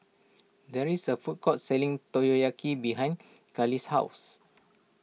there is a food court selling Takoyaki behind Cali's house